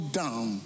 down